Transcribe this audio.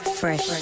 fresh